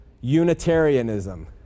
unitarianism